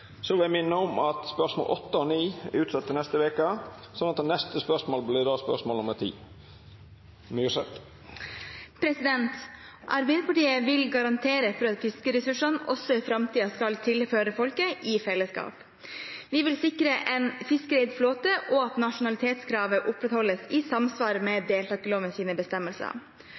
vil garantere for at fiskeressursene også i fremtiden skal tilhøre folket i fellesskap: Vi vil sikre en fiskereid flåte og at nasjonalitetskravet opprettholdes i samsvar med deltakerlovens bestemmelser.